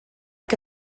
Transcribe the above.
que